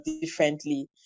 differently